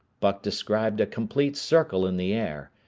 buck described a complete circle in the air,